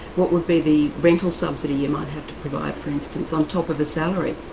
what would be the rental subsidy you might have to provide, for instance, on top of the salary?